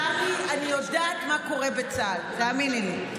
טלי, אני יודעת מה קורה בצה"ל, תאמיני לי.